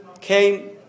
came